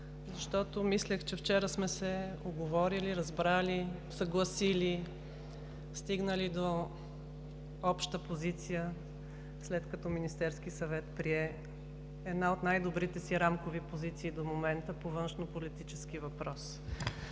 защото мислех, че вчера сме се уговорили, разбрали, съгласили, стигнали до обща позиция, след като Министерският съвет прие една от най-добрите си рамкови позиции до момента по външнополитически въпрос.